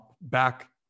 back